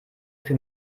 für